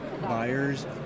Buyers